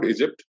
Egypt